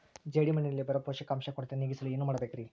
ಜೇಡಿಮಣ್ಣಿನಲ್ಲಿ ಬರೋ ಪೋಷಕಾಂಶ ಕೊರತೆ ನೇಗಿಸಲು ಏನು ಮಾಡಬೇಕರಿ?